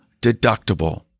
deductible